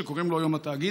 שקוראים לו היום התאגיד,